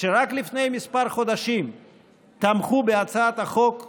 שרק לפני כמה חודשים תמכו בהצעת חוק זהה,